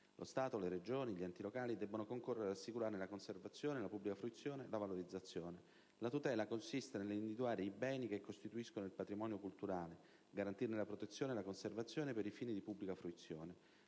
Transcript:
Lo Stato, le Regioni e gli enti locali debbono concorrere ad assicurarne la conservazione, la pubblica fruizione e la valorizzazione. La tutela consiste nell'individuare i beni che costituiscono il patrimonio culturale ed a garantirne la protezione e la conservazione per i fini di pubblica fruizione;